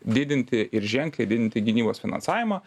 didinti ir ženkliai didinti gynybos finansavimą